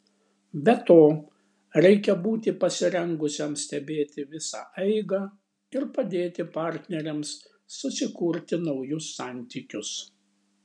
be to reikia būti pasirengusiam stebėti visą eigą ir padėti partneriams susikurti naujus santykius